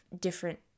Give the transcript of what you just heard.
different